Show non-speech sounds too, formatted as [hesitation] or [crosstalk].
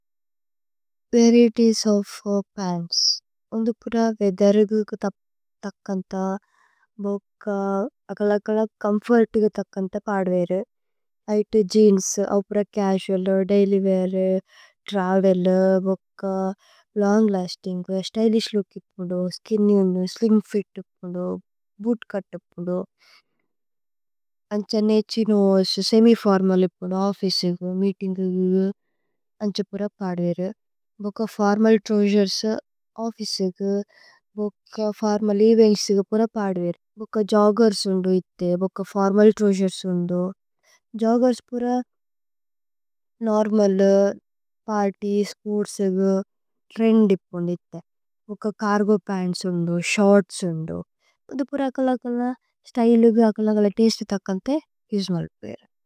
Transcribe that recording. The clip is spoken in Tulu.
വരിഏതിഏസ് ഓഫ് പന്ത്സ് ഓന്ദു പുര വേഅഥേരഗു। [hesitation] തക്കന്ഥ ബോക അകലകലക് ചോമ്ഫോര്തുഗു തക്കന്ഥ। പദുവേരു വ്ഹിതേ ജേഅന്സ് അവു പുര ചസുഅല് ദൈല്യ് വേഅര് ത്രവേല്। ബോക ലോന്ഗ് ലസ്തിന്ഗ് സ്ത്യ്ലിശ് ലൂക് ഇപ്പുന്ദു സ്കിന്ന്യ് ഇപ്പുന്ദു। സ്ലിമ് ഫിത് ഇപ്പുന്ദു ബൂത് ചുത് ഇപ്പുന്ദു അന്ഛ നേഛി നോ സേമി। ഫോര്മല് ഇപ്പുന്ദു ഓഫ്ഫിചേ ഇക്കു മീതിന്ഗു ഇക്കു അന്ഛ പുര। പദുവേരു ഭോക ഫോര്മല് ത്രോഉസേര്സ് ഓഫ്ഫിചേ ഇക്കു ബോക ഫോര്മല്। ഏവേന്ത്സ് ഇക്കു പുര പദുവേരു [noise] ഭോക ജോഗ്ഗേര്സ് ഓന്ദു। ഇഥേ ബോക ഫോര്മല് ത്രോഉസേര്സ് ഓന്ദു ജോഗ്ഗേര്സ് പുര നോര്മല്। പര്ത്യ് സ്പോര്ത്സ് ഇക്കു ത്രേന്ദ് ഇപ്പുന്ദു ഇഥേ ഭോക ചര്ഗോ പന്ത്സ്। ഓന്ദു ശോര്ത്സ് ഓന്ദു ഓന്ദു പുര അകലകലക് സ്ത്യ്ലേ ഇക്കു। അകലകലക് തസ്തേ തക്കന്ഥ അന്ദു പുര।